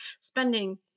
spending